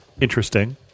interesting